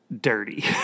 dirty